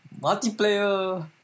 multiplayer